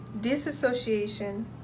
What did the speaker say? disassociation